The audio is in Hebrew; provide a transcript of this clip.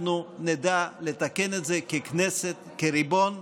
אנחנו נדע לתקן את זה ככנסת, כריבון.